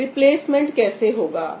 replacement कैसे होगा